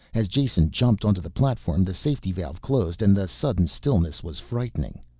as jason jumped onto the platform the safety valve closed and the sudden stillness was frightening.